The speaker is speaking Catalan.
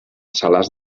salàs